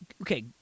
Okay